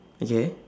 okay